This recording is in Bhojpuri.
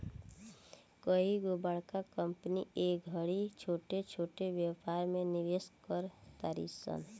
कइगो बड़का कंपनी ए घड़ी छोट छोट व्यापार में निवेश कर तारी सन